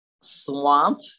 swamp